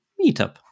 meetup